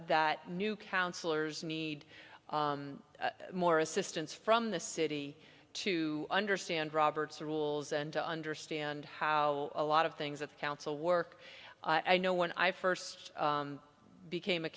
that new councillors need more assistance from the city to understand robert's rules and to understand how a lot of things of council work i know when i first became a